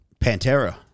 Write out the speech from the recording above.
Pantera